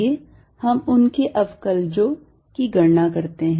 आइए हम उनके अवकलजों की गणना करें